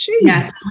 Yes